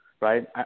Right